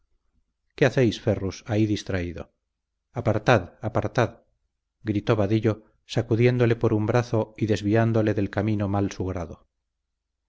qué hacéis ferrus ahí distraído apartad apartad gritó vadillo sacudiéndole por un brazo y desviándole del camino mal su grado